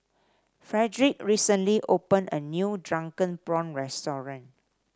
Fredric recently opened a new Drunken Prawn restaurant